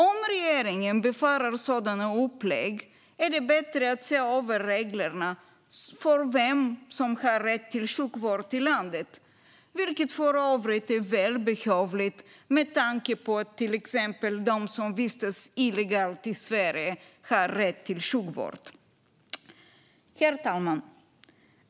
Om regeringen befarar sådana upplägg är det bättre att se över reglerna för vem som har rätt till sjukvård i landet, vilket för övrigt är välbehövligt med tanke på att till exempel de som vistas illegalt i Sverige har rätt till sjukvård. Herr talman!